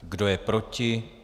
Kdo je proti?